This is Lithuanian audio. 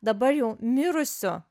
dabar jau mirusiu